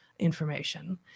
information